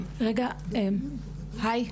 היי,